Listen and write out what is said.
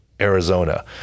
Arizona